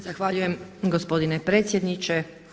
Zahvaljujem gospodine predsjedniče.